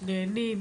נהנים,